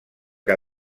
que